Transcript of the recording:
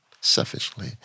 selfishly